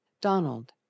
Donald